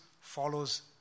follows